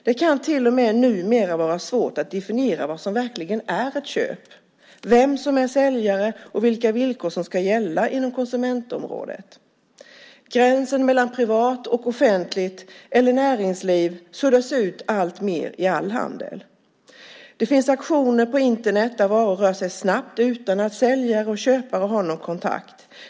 Det kan till och med numera vara svårt att definiera vad som verkligen är ett köp, vem som är säljare och vilka villkor som ska gälla inom konsumentområdet. Gränsen mellan privat och offentligt eller näringsliv suddas ut alltmer i all handel. Det finns auktioner på Internet där varorna rör sig snabbt utan att säljare och köpare har någon kontakt.